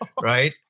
Right